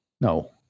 No